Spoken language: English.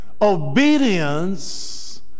Obedience